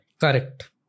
Correct